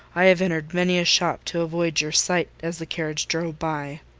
i have entered many a shop to avoid your sight, as the carriage drove by.